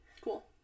Cool